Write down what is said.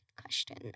question